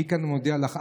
מכאן אני מודיע לך,